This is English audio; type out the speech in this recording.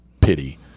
pity